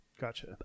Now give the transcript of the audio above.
Gotcha